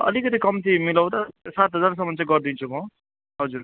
अलिकति कम्ती मिलाउँदा सात हजारसम्म चाहिँ गरिदिन्छु म हजुर